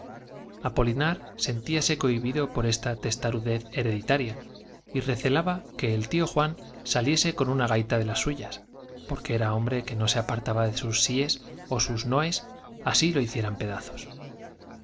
t sentíase cohibido por esta testarudez gules apolinar hereditaria y recelaba que el tío juan saliese con una gaita de las suyas porque era hombre que no se apar taba d e sus síes ó sus noes así lo hicieran pedazos